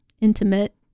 intimate